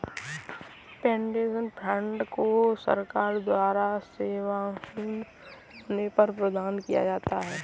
pension fund को सरकार द्वारा सेवाविहीन होने पर प्रदान किया जाता है